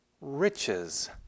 riches